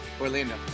Orlando